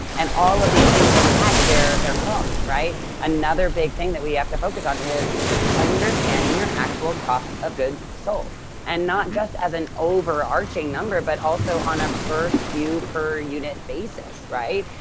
and all of these things impact their their cogs, right? another big thing that we have to focus on is understanding your actual cost of goods sold and not just as an overarching number, but also on a per skew per unit basis, right?